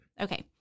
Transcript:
Okay